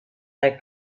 naik